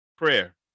prayer